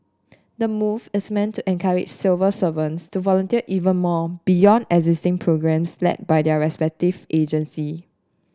the move is meant to encourage civil servants to volunteer even more beyond existing programmes led by their respective agencies